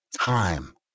time